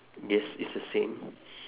yes it's the same